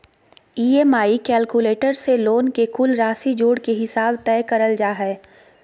EMI calculator से loan के कुल राशि जोड़ के हिसाब तय करल जा हय